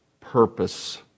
purpose